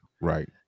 Right